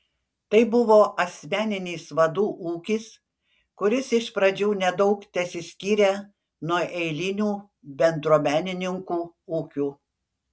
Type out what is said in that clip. tai buvo asmeninis vadų ūkis kuris iš pradžių nedaug tesiskyrė nuo eilinių bendruomenininkų ūkių